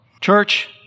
Church